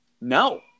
No